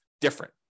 different